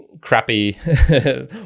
crappy